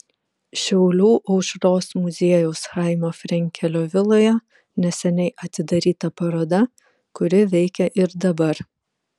šiaulių aušros muziejaus chaimo frenkelio viloje neseniai atidaryta paroda kuri veikia ir dabar